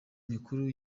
mikuru